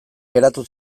geratu